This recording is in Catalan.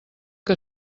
que